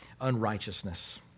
unrighteousness